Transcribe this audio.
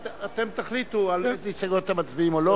אתם תחליטו על אילו הסתייגויות אתם מצביעים או לא.